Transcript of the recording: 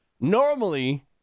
Normally